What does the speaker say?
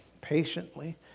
patiently